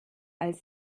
als